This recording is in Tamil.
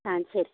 ஆ சரி